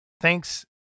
Thanks